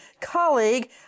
colleague